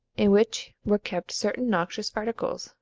in which were kept certain noxious articles,